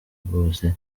bose